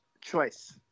choice